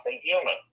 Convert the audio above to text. human